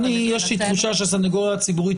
אני יש לי תחושה שהסנגוריה הציבורית,